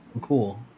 cool